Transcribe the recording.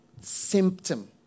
symptom